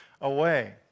away